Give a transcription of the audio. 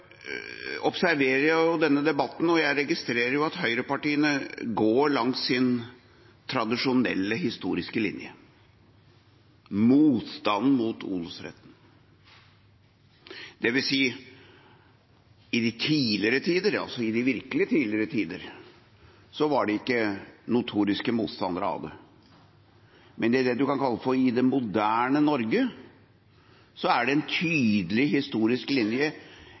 Jeg registrerer i denne debatten at høyrepartiene går langs sin tradisjonelle historiske linje – motstanden mot odelsretten. Det vil si at i de tidligere tider – i de virkelige tidligere tider – var de ikke notoriske motstandere av den. Men i det en kan kalle det moderne Norge, er det en tydelig historisk linje